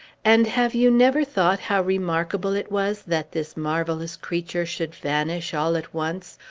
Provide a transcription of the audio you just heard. and have you never thought how remarkable it was that this marvellous creature should vanish, all at once,